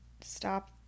stop